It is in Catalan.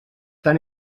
tan